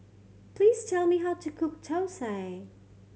please tell me how to cook thosai